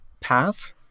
path